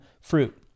fruit